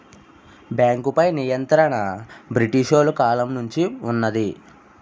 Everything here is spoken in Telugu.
బేంకుపై నియంత్రణ బ్రిటీసోలు కాలం నుంచే వున్నది